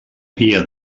via